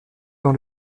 dans